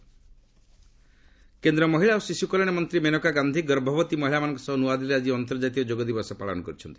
ଡବୁସିଡି ଯୋଗ କେନ୍ଦ୍ର ମହିଳା ଓ ଶିଶୁ କଲ୍ୟାଣ ମନ୍ତ୍ରୀ ମେନକା ଗାନ୍ଧି ଗର୍ଭବତୀ ମହିଳାମାନଙ୍କ ସହ ନ୍ତଆଦିଲ୍ଲୀରେ ଆଜି ଅନ୍ତର୍ଜାତୀୟ ଯୋଗ ଦିବସ ପାଳନ କରିଛନ୍ତି